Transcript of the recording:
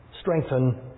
strengthen